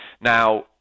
Now